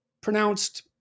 pronounced